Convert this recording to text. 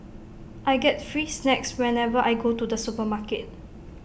I get free snacks whenever I go to the supermarket